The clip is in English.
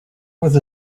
with